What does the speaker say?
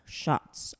shots